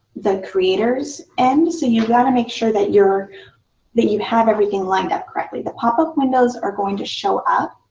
the creator's end. so you've got to make sure that your that you have everything lined up correctly. the pop-up windows are going to show up